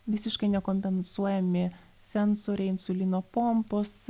visiškai nekompensuojami sensoriai insulino pompos